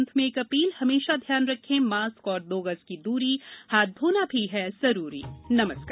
अंत में एक अपीलहमेशा ध्यान रखें मास्क और दो गज की दूरी हाथ धोना भी है जरुरी नमस्कार